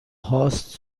هاست